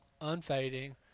unfading